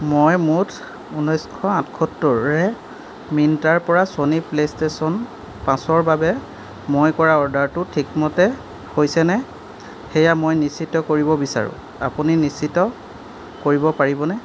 মই মুঠ ঊনৈছশ আঠসত্তৰে মিন্ত্ৰাৰ পৰা ছনী প্লে' ষ্টেচন পাঁচৰ বাবে মই কৰা অৰ্ডাৰটো ঠিক মতে হৈছেনে সেয়া মই নিশ্চিত কৰিব বিচাৰোঁ আপুনি নিশ্চিত কৰিব পাৰিবনে